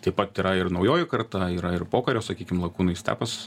taip pat yra ir naujoji karta yra ir pokario sakykim lakūnai stepas